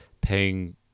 paying